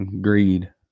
greed